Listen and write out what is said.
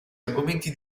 argomenti